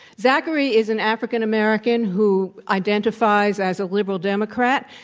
zachary is an african-american who identifies as a liberal democrat.